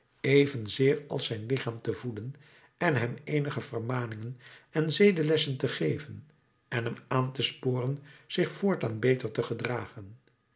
evenzeer als zijn lichaam te voeden en hem eenige vermaningen en zedenlessen te geven en hem aan te sporen zich voortaan beter te gedragen